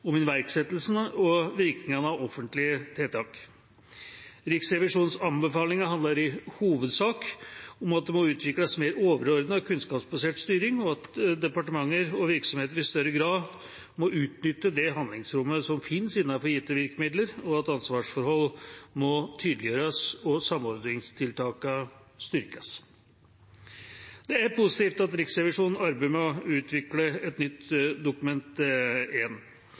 om iverksettelsen og virkningen av offentlige tiltak. Riksrevisjonens anbefalinger handler i hovedsak om at det må utvikles mer overordnet og kunnskapsbasert styring, at departementer og virksomheter i større grad må utnytte det handlingsrommet som fins innenfor gitte virkemidler, og at ansvarsforholdet må tydeliggjøres og samordningstiltakene styrkes. Det er positivt at Riksrevisjonen arbeider med å utvikle et nytt Dokument 1. En